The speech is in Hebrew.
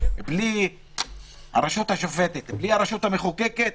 בלי הרשות המחוקקת,